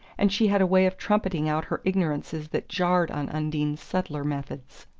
and she had a way of trumpeting out her ignorances that jarred on undine's subtler methods.